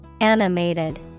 Animated